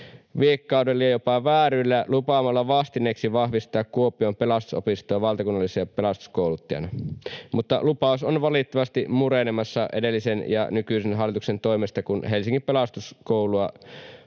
viekkaudella ja jopa vääryydellä lupaamalla vastineeksi vahvistaa Kuopion Pelastusopistoa valtakunnallisena pelastuskouluttajana. Mutta lupaus on valitettavasti murenemassa edellisen ja nykyisen hallituksen toimesta, kun Helsingin Pelastuskoulua